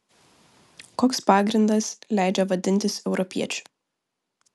koks pagrindas leidžia vadintis europiečiu